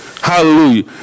Hallelujah